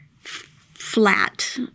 flat